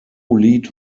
lead